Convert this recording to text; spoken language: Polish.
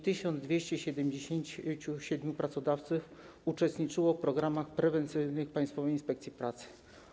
1277 pracodawców uczestniczyło w programach prewencyjnych Państwowej Inspekcji Pracy.